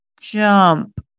jump